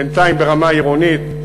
בינתיים ברמה העירונית,